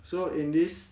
so in this